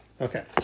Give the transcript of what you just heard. Okay